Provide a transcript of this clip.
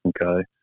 okay